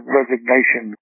resignation